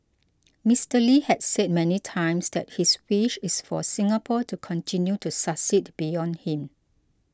Mister Lee had said many times that his wish is for Singapore to continue to succeed beyond him